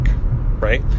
right